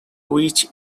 which